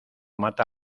mata